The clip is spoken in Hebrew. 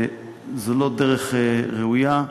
זו לא דרך ראויה.